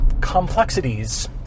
complexities